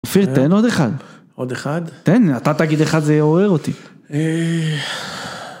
אופיר תן עוד אחד. עוד אחד? תן, אתה תגיד אחד זה יעורר אותי...